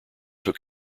took